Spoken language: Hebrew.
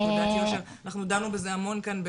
תעודת יושר דנו בזה המון כאן,